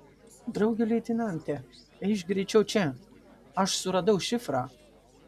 drauge leitenante eikš greičiau čia aš suradau šifrą